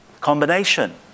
combination